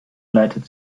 leitet